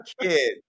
kid